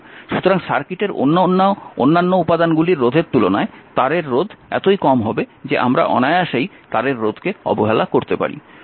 সুতরাং সার্কিটের অন্যান্য উপাদানগুলির রোধের তুলনায় তারের রোধ এতই কম যে আমরা অনায়াসেই তারের রোধকে অবহেলা করতে পারি